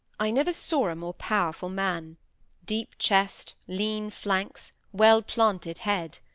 i never saw a more powerful man deep chest, lean flanks, well-planted head.